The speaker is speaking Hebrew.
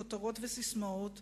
כותרות וססמאות,